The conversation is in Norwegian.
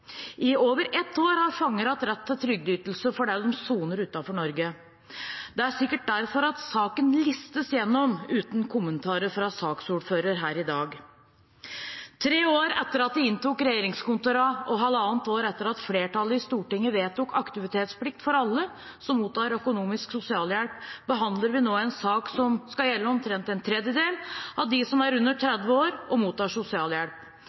I over ett år har fanger hatt rett til trygdeytelser fordi de soner utenfor Norge. Det er sikkert derfor saken listes igjennom uten kommentarer fra saksordføreren her i dag. Tre år etter at de inntok regjeringskontorene og halvannet år etter at et flertall i Stortinget vedtok aktivitetsplikt for alle som mottar økonomisk sosialhjelp, behandler vi nå en sak som skal gjelde omtrent en tredjedel av dem som er under 30 år og mottar sosialhjelp.